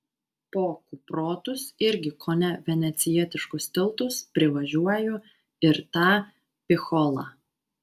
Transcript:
po kuprotus irgi kone venecijietiškus tiltus privažiuoju ir tą picholą